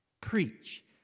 Preach